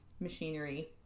machinery